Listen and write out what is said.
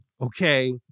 okay